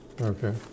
okay